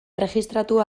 erregistratu